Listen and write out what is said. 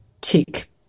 tick